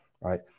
right